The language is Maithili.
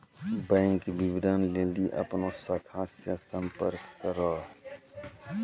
बैंक विबरण लेली अपनो शाखा से संपर्क करो